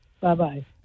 Bye-bye